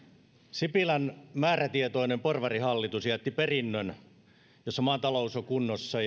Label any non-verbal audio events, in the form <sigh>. sipilän määrätietoinen porvarihallitus jätti perinnön jossa maan talous on kunnossa <unintelligible>